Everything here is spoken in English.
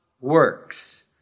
works